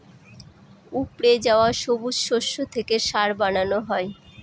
উপড়ে যাওয়া সবুজ শস্য থেকে সার বানানো হয়